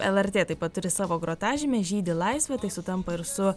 lrt taip pat turi savo grotažymę žydi laisvė tai sutampa ir su